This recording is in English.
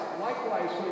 likewise